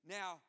now